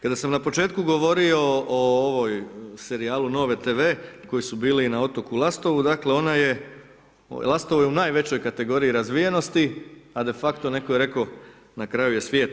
Kada sam na početku govorio o ovom serijalu NOVA TV koji su bili i na otoku Lastovu, dakle ona je, Lastovo je u najvećoj kategoriji razvijenosti, a de facto netko je rekao na kraju je svijeta.